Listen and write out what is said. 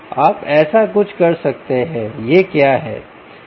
आप ऐसा कुछ कर सकते हैं यह क्या है